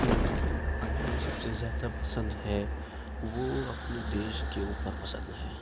مجھے گانا جو سب سے زیادہ پسند ہے وہ اپنے دیش کے اوپر پسند ہے